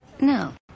No